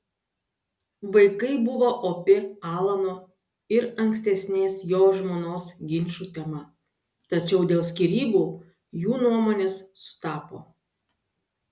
vaikai buvo opi alano ir ankstesnės jo žmonos ginčų tema tačiau dėl skyrybų jų nuomonės sutapo